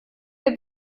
wir